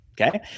Okay